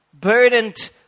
burdened